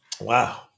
Wow